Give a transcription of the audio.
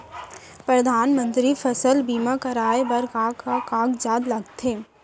परधानमंतरी फसल बीमा कराये बर का का कागजात लगथे?